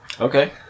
Okay